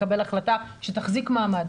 לקבל החלטה שתחזיק מעמד.